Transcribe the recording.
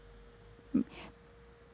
mm ya